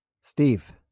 Steve